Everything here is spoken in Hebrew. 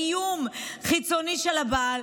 באיום חיצוני של הבעל,